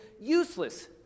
useless